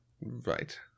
Right